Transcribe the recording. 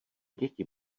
děti